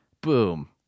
Boom